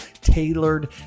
tailored